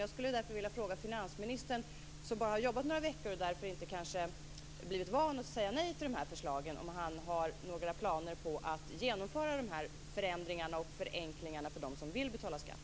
Jag skulle vilja fråga finansministern, som bara har jobbat några veckor på sin post och som därför kanske inte har blivit van vid att säga nej till de här förslagen, om han har några planer på att genomföra de här förändringarna och förenklingarna för dem som vill betala skatt.